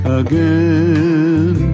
again